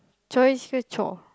choice ke chore